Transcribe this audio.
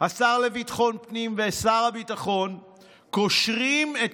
השר לביטחון פנים ושר הביטחון קושרים את